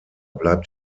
bleibt